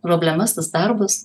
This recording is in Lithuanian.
problemas tuos darbus